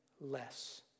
less